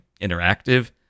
Interactive